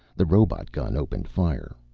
the robot gun opened fire.